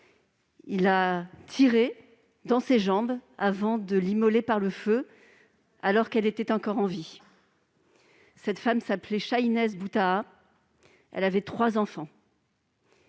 Il a tiré dans ses jambes avant de l'immoler par le feu alors qu'elle était encore en vie. Cette femme s'appelait Chahinez Boutaa et elle avait trois enfants.